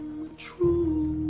true